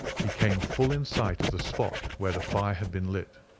he came full in sight of the spot where the fire had been lit.